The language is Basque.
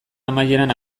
amaieran